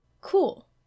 Cool